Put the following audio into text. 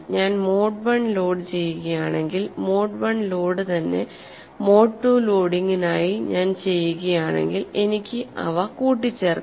ഞാൻ mode I load ചെയ്യുകയാണെങ്കിൽ mode I load തന്നെ മോഡ് II ലോഡിംഗിനായി ഞാൻ ചെയ്യുകയാണെങ്കിൽ എനിക്ക് അവ കൂട്ടിച്ചേർക്കാം